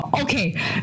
Okay